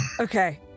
Okay